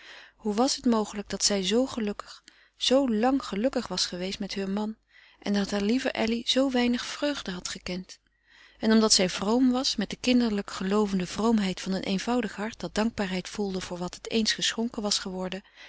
hoe was het mogelijk dat zij zoo gelukkig zoo lang gelukkig was geweest met heur man en dat haar lieve elly zoo weinig vreugde had gekend en omdat zij vroom was met de kinderlijk geloovende vroomheid van een eenvoudig hart dat dankbaarheid voelde voor wat het eens geschonken was geworden